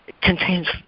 contains